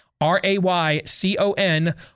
R-A-Y-C-O-N